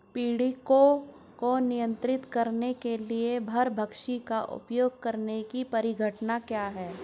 पीड़कों को नियंत्रित करने के लिए परभक्षी का उपयोग करने की परिघटना क्या है?